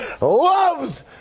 loves